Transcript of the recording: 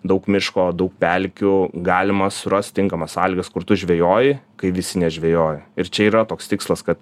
daug miško daug pelkių galima surast tinkamas sąlygas kur tu žvejoji kai visi nežvejoja ir čia yra toks tikslas kad